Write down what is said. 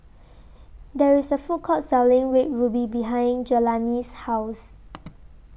There IS A Food Court Selling Red Ruby behind Jelani's House